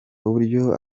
uburyo